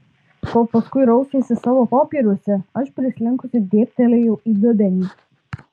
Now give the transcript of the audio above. kol paskui rausėsi savo popieriuose aš prislinkusi dėbtelėjau į dubenį